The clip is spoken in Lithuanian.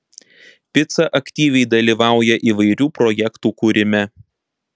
pica aktyviai dalyvauja įvairių projektų kūrime